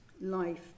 life